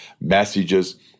messages